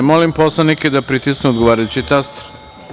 Molim poslanike da pritisnu odgovarajući taster.